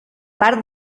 part